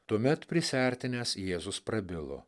tuomet prisiartinęs jėzus prabilo